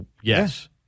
yes